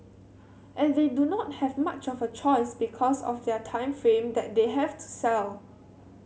and they do not have much of a choice because of their time frame that they have to sell